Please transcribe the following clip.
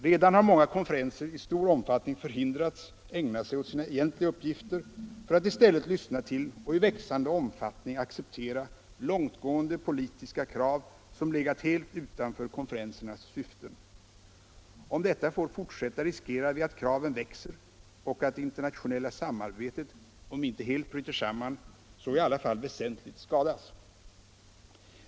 Redan har många konferenser i stor utsträckning förhindrats ägna sig åt sina egentliga uppgifter för att i stället lyssna till och i växande omfattning acceptera långtgående politiska krav som legat helt utanför konferensernas syften. Om detta får fortsätta riskerar vi att kraven växer och att det internationella samarbetet, om inte helt bryter samman så i alla fall väsentligt skadas.